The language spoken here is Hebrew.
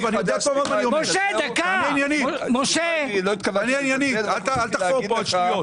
תענה עניינית למספרים.